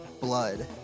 blood